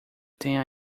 tem